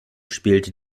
spielte